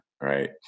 Right